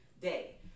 day